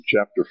chapter